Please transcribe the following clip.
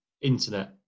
internet